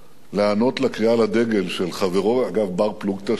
להיענות לקריאה לדגל של חברו, אגב, בר-פלוגתא שלו,